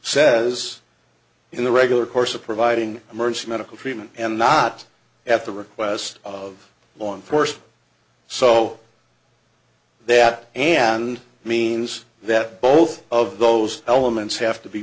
says in the regular course of providing emergency medical treatment and not at the request of law enforcement so that and means that both of those elements have to be